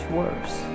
worse